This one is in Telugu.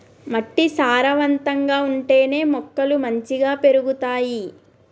మట్టి సారవంతంగా ఉంటేనే మొక్కలు మంచిగ పెరుగుతాయి